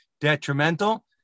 detrimental